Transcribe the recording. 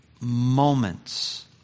moments